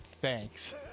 Thanks